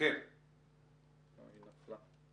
היא נותקה.